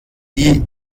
die